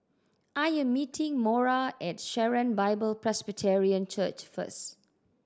I am meeting Maura at Sharon Bible Presbyterian Church first